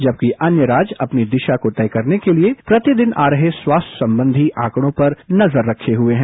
जबकि अन्य राज्य अपनी दिशा को तय करने के लिए प्रतिदिन आ रहे स्वास्थ्य संबंधी आंकड़ों पर नजर रखे हुए हैं